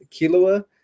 kilua